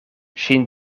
ŝin